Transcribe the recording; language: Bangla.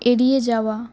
এড়িয়ে যাওয়া